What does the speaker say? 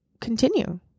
continue